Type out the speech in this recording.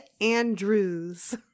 andrews